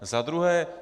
Za druhé.